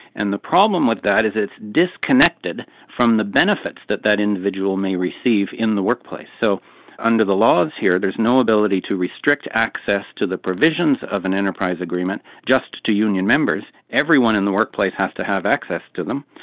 and the problem with that is it is disconnected from the benefits that that individual may receive in the workplace. so under the laws here there's no ability to restrict access to the provisions of an enterprise agreement, just to union members, everyone in the workplace has to have access to them,